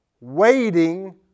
waiting